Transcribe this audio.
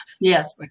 Yes